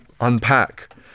unpack